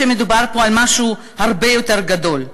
שמדובר פה על משהו הרבה יותר גדול.